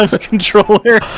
controller